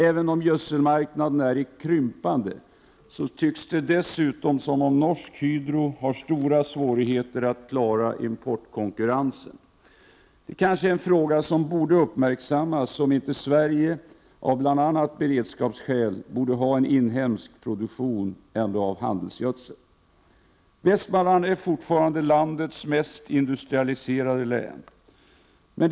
Även om gödselmarknaden är i krympande, tycks det dessutom som om Norsk Hydro har stora svårigheter att klara importkonkurrensen. En fråga som kanske skulle uppmärksammas är om inte Sverige, bl.a. av beredskapsskäl, borde ha en inhemsk produktion av handelsgödsel. Västmanland är fortfarande landets mest industrialiserade län.